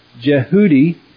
Jehudi